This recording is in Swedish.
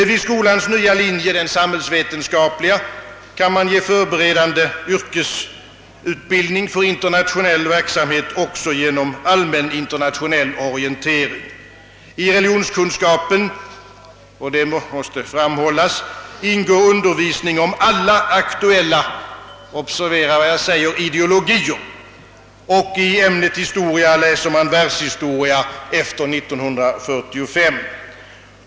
På skolans nya linje, den samhällsvetenskapliga, kan man ge förberedande yrkesutbildning för internationell verksamhet också genom allmän internationell orientering. I religionskunskapen ingår undervisning i — observera vad jag nu säger! — alla aktuella ideologier, och i ämnet historia läser man världshistoria efter 1943.